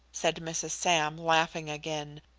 said mrs. sam, laughing again.